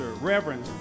Reverend